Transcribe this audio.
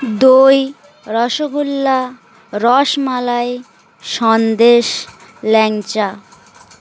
দই রসগোল্লা রসমালাই সন্দেশ ল্যাংচা